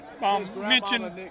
mentioned